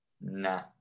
nah